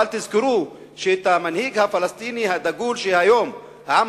אבל תזכרו שאת המנהיג הפלסטיני הדגול שהיום העם